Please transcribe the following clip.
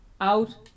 out